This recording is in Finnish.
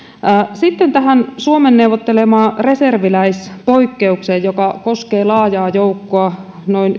sitten tähän suomen neuvottelemaan reserviläispoikkeukseen joka koskee laajaa joukkoa noin